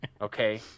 Okay